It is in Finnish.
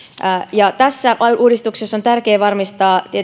tässä uudistuksessa on tietenkin tärkeä varmistaa